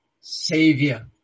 Savior